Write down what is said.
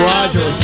Roger